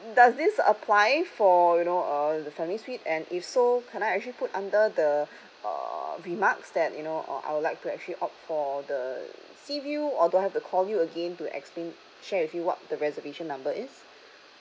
does this apply for you know uh the family suite and if so can I actually put under the uh remarks that you know or I would like to actually opt for the sea view or do I have to call you again to explain share with you what the reservation number is